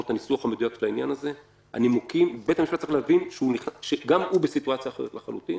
בית המשפט צריך להבין שגם הוא בסיטואציה אחרת לחלוטין